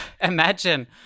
Imagine